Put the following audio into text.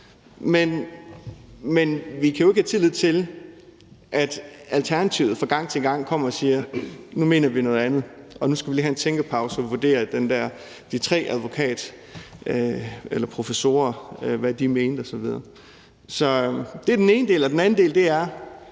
Men vi kan jo ikke have tillid til, at Alternativet fra gang til gang kommer og siger: Nu mener vi noget andet, og nu skal vi lige have en tænkepause og vurdere, hvad de tre professorer mente osv. Så det er den ene del. Den anden del er,